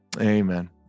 Amen